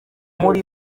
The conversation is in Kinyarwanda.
muri